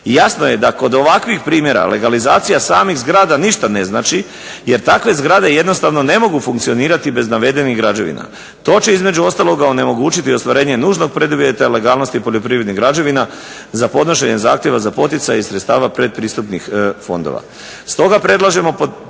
Jasno je da kod ovakvih primjera legalizacija samih zgrada ništa ne znači jer takve zgrade jednostavno ne mogu funkcionirati bez navedenih građevina. To će između ostaloga onemogućiti ostvarenje nužnog preduvjeta legalnosti poljoprivrednih građevina za podnošenje zahtjeva za poticaje iz sredstava predpristupnih fondova.